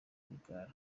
rwigara